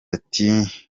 ati